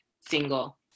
single